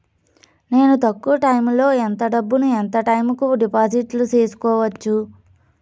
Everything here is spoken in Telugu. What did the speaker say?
నేను తక్కువ టైములో ఎంత డబ్బును ఎంత టైము కు డిపాజిట్లు సేసుకోవచ్చు?